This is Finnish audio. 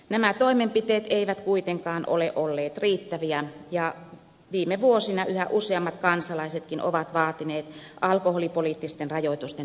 nämä toimenpiteet eivät kuitenkaan ole olleet riittäviä ja viime vuosina yhä useammat kansalaisetkin ovat vaatineet alkoholipoliittisten rajoitusten tiukentamista